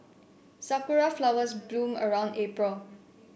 Sakura flowers bloom around April